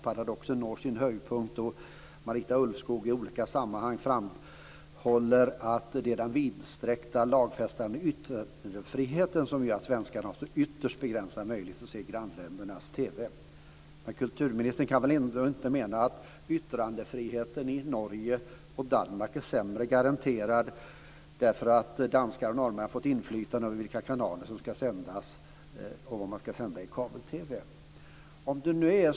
Paradoxen når sin höjdpunkt då Marita Ulvskog i olika sammanhang framhåller att det är den vidsträckta lagfästa yttrandefriheten som gör att svenskarna har så ytterst begränsad möjlighet att se grannländernas TV. Kulturministern kan väl ändå inte mena att yttrandefriheten i Norge och Danmark är sämre garanterad därför att danskar och norrmän har fått inflytande över vilka kanaler som ska sändas och vad som ska sändas i kabel-TV?